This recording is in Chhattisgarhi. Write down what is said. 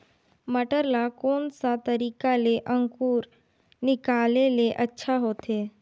मटर ला कोन सा तरीका ले अंकुर निकाले ले अच्छा होथे?